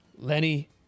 Lenny